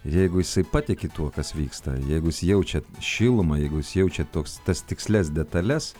jeigu jisai patiki tuo kas vyksta jeigu jis jaučia šilumą jeigu jis jaučia toks tas tikslias detales